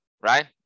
right